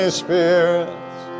spirits